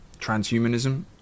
transhumanism